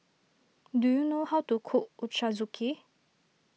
do you know how to cook Ochazuke